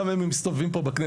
כמה מהם מסתובבים פה בכנסת,